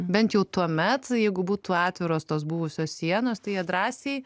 bent jau tuomet jeigu būtų atviros tos buvusios sienos tai jie drąsiai